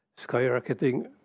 skyrocketing